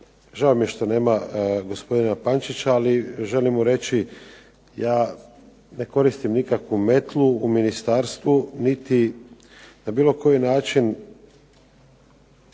Žao mi je što nema gospodina Pančića, ali želim mu reći ja ne koristim nikakvu metlu u ministarstvu, niti na bilo koji način